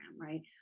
right